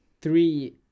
three